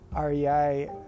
REI